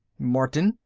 martin,